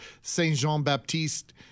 Saint-Jean-Baptiste